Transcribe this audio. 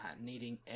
needing